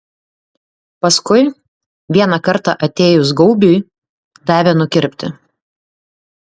paskui vieną kartą atėjus gaubiui davė nukirpti